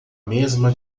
mesma